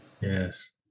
Yes